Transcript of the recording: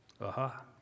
Aha